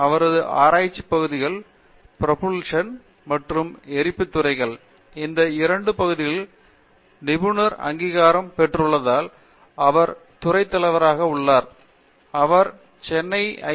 அவரது ஆராட்சி பகுதிகள் ப்ரொபுல்ஷின் மற்றும் எரிப்பு துறைகள் இந்த இரண்டு பகுதியில் நிபுணர் அங்கீகாரம் பெற்றுள்ளதால் அவர் துறை தலைவராக உள்ளார் அவர் சென்னை ஐ